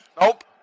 Nope